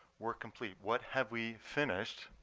work complete what have we finished?